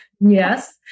Yes